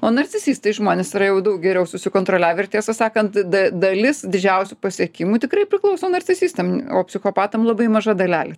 o narcisistai žmonės yra jau daug geriau susikontroliavę ir tiesą sakant da dalis didžiausių pasiekimų tikrai priklauso narcisistam o psichopatam labai maža dalelė